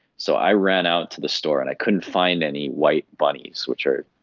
so i ran out to the store and i couldn't find any white bunnies, which are,